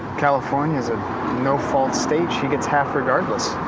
california's a no fault state. she gets half regardless.